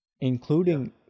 including